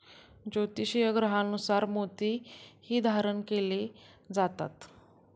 ज्योतिषीय ग्रहांनुसार मोतीही धारण केले जातात